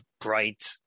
bright